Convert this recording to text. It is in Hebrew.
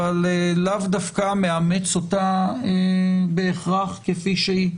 אבל לאו דווקא מאמץ אותה כפי שהיא.